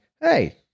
hey